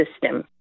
system